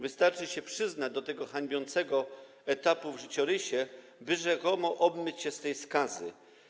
Wystarczy się przyznać się do tego hańbiącego etapu w życiorysie, by rzekomo obmyć się z tej skazy.